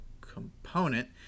component